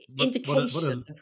indication